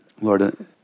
Lord